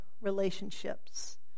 relationships